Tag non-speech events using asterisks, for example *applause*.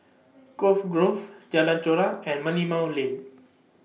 *noise* Cove Grove Jalan Chorak and Merlimau Lane